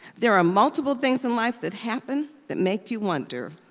there are multiple things in life that happen that make you wonder,